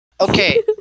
Okay